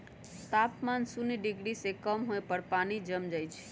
तापमान शुन्य डिग्री से कम होय पर पानी जम जाइ छइ